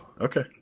Okay